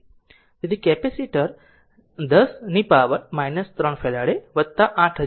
તેથી capacitor 10 power 3 farad અને 8000 Ω છે